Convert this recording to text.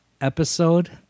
episode